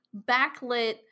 backlit